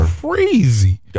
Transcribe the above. crazy